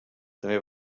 també